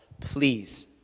please